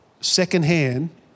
secondhand